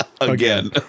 Again